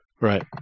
right